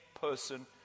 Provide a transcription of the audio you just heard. person